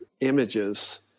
images